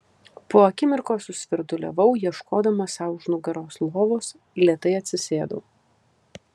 po akimirkos susvirduliavau ieškodama sau už nugaros lovos lėtai atsisėdau